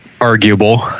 arguable